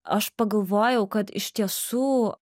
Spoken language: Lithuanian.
aš pagalvojau kad iš tiesų